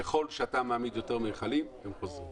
ככל שאתה מעמיד יותר מכלים הם חוזרים.